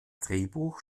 drehbuch